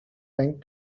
went